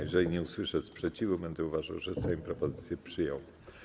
Jeżeli nie usłyszę sprzeciwu, będę uważał, że Sejm propozycję przyjął.